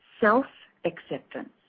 self-acceptance